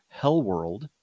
Hellworld